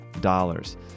dollars